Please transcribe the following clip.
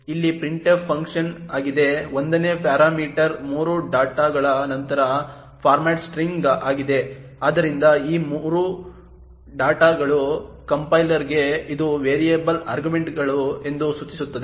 ಇಲ್ಲಿ printf function ಆಗಿದೆ 1 ನೇ ಪ್ಯಾರಾಮೀಟರ್ 3 ಡಾಟ್ಗಳ ನಂತರ ಫಾರ್ಮ್ಯಾಟ್ ಸ್ಟ್ರಿಂಗ್ ಆಗಿದೆ ಆದ್ದರಿಂದ ಈ 3 ಡಾಟ್ಗಳು ಕಂಪೈಲರ್ಗೆ ಇದು ವೇರಿಯಬಲ್ ಆರ್ಗ್ಯುಮೆಂಟ್ಗಳು ಎಂದು ಸೂಚಿಸುತ್ತದೆ